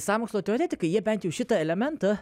sąmokslo teoretikai jie bent jau šitą elementą